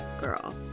Girl